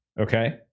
Okay